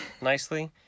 nicely